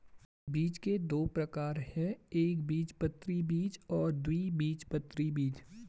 बीज के दो प्रकार है एकबीजपत्री बीज और द्विबीजपत्री बीज